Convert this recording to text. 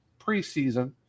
preseason